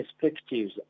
perspectives